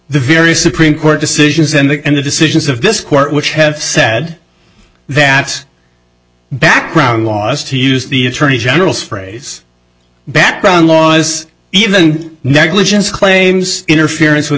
the various supreme court decisions and the decisions of this court which have said that background laws to use the attorney general's phrase background laws even negligence claims interference with